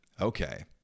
okay